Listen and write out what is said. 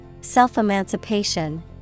Self-emancipation